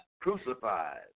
crucified